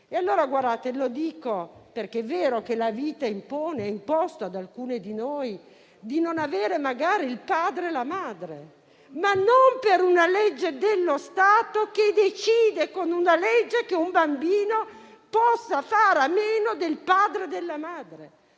farlo gli omosessuali. È vero che la vita impone e ha imposto ad alcuni di noi di non avere, magari, il padre e la madre, ma non per una legge dello Stato, che decide, per legge, che un bambino possa fare a meno del padre o della madre.